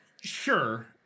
sure